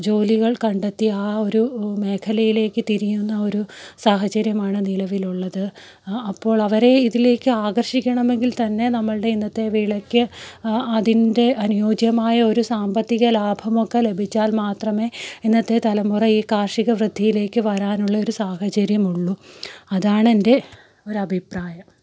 ജോലികൾ കണ്ടെത്തി ആ ഒരു മേഖലയിലേക്ക് തിരിയുന്ന ഒരു സാഹചര്യമാണ് നിലവിലുള്ളത് അപ്പോൾ അവരെ ഇതിലേക്ക് ആകർഷിക്കണമെങ്കിൽ തന്നെ നമ്മളുടെ ഇന്നത്തെ വിളക്ക് ആ അതിൻ്റെ അനുയോജ്യമായ ഒരു സാമ്പത്തിക ലാഭമൊക്കെ ലഭിച്ചാൽ മാത്രമേ ഇന്നത്തെ തലമുറയെ കാർഷിക വൃത്തിയിലേക്ക് വരാനുള്ള ഒരു സാഹചര്യം ഉള്ളൂ അതാണ് എൻ്റെ ഒരു അഭിപ്രായം